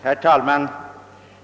Herr talman!